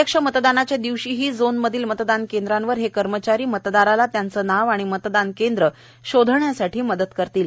प्रत्यक्ष मतदानाच्या दिवशीही झोनमधील मतदान केंद्रावर हे कर्मचारी मतदाराला त्यांचे नाव व मतदान केंद्र शोधण्यासाठी मदत करतील